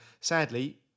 sadly